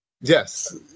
Yes